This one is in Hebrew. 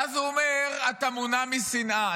ואז הוא אומר: אתה מונע משנאה.